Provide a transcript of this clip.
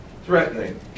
Threatening